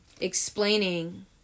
explaining